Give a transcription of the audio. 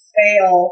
fail